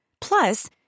Plus